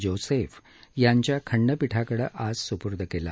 Joseph यांच्या खंडपीठाकडे आज सपूर्द केला